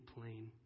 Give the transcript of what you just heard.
plain